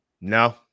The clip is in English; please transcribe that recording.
No